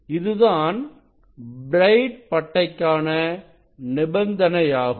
இதுதான் பிரைட் படைக்கான நிபந்தனையாகும்